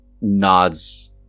nods